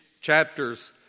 chapters